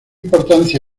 importancia